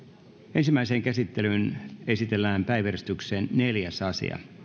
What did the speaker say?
ensimmäiseen käsittelyyn esitellään päiväjärjestyksen neljäs asia